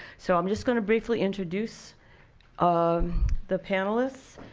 so i'm just going to briefly introduce um the panelists,